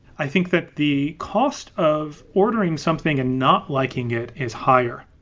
i think that the cost of ordering something and not liking it is higher.